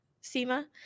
SEMA